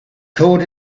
called